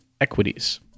equities